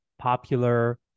popular